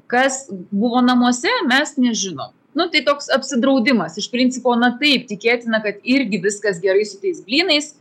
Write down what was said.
kas buvo namuose mes nežinome nu tai toks apsidraudimas iš principo na taip tikėtina kad irgi viskas gerai su tais blynais